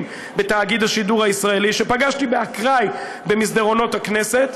בתאגיד השידור הישראלי שפגשתי באקראי במסדרונות הכנסת,